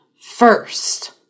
first